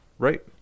Right